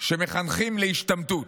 שמחנכים להשתמטות.